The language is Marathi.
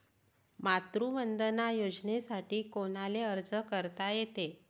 मातृवंदना योजनेसाठी कोनाले अर्ज करता येते?